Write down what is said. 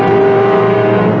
or